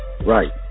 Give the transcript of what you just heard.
Right